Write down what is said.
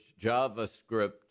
JavaScript